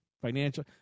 financial